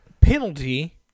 penalty